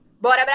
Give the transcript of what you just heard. Bora